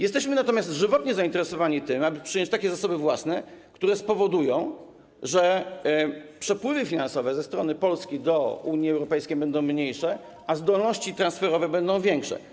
Jesteśmy natomiast żywotnie zainteresowani tym, aby przyjąć takie zasoby własne, które spowodują, że przepływy finansowe ze strony Polski do Unii Europejskiej będą mniejsze, a zdolności transferowe będą większe.